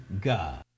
God